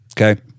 okay